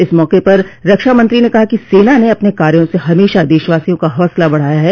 इस मौक पर रक्षा मंत्री ने कहा कि सेना ने अपने कार्यों से हमेशा देशवासियों का हौसला बढ़ाया है